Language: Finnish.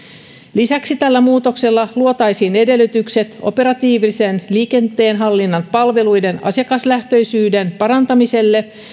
lisäksi tällä muutoksella luotaisiin edellytykset operatiivisen liikenteenhallintapalveluiden asiakaslähtöisyyden parantamiselle